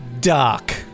dark